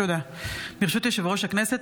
ברשות יושב-ראש הכנסת,